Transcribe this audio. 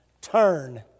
Turn